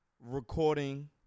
recording